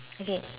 okay